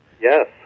Yes